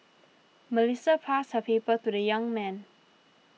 Melissa passed her number to the young man